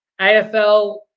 AFL